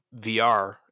VR